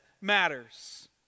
matters